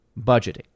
budgeting